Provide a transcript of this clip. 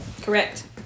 Correct